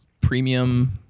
premium